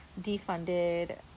Defunded